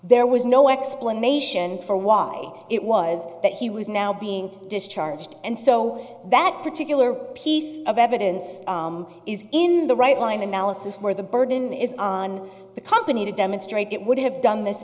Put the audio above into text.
there was no explanation for why it was that he was now being discharged and so that particular piece of evidence is in the right line analysis where the burden is on the company to demonstrate it would have done this